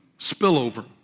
spillover